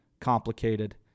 complicated